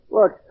Look